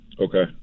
Okay